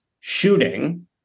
shooting